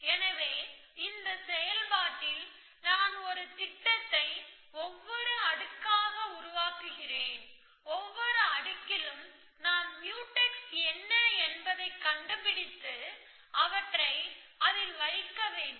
எனவே இந்த செயல்பாட்டில் நான் திட்டத்தை ஒவ்வொரு அடுக்காக உருவாக்குகிறேன் ஒவ்வொரு அடுக்கிலும் நான் முயூடெக்ஸ் என்ன என்பதைக் கண்டுபிடித்து அவற்றை வைக்க வேண்டும்